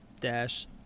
dash